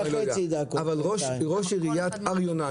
אבל ראש עירית הר יונה,